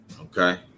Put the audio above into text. Okay